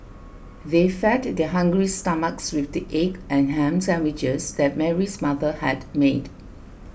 they fed their hungry stomachs with the egg and ham sandwiches that Mary's mother had made